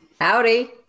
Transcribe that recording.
Howdy